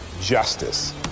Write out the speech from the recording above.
justice